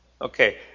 Okay